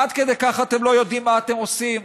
עד כדי כך אתם לא יודעים מה אתם עושים?